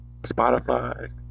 Spotify